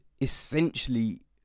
essentially